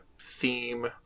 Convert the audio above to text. theme